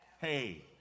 Hey